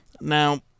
Now